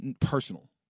personal